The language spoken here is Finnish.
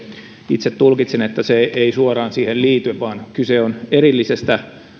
itse tulkitsen että se ei suoraan siihen liity vaan kyse on erillisestä